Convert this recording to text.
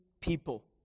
people